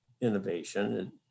innovation